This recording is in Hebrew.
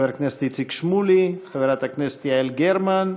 חבר הכנסת איציק שמולי, חברת הכנסת יעל גרמן.